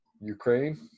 Ukraine